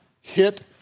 hit